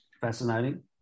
fascinating